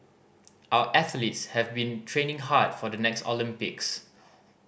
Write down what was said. our athletes have been training hard for the next Olympics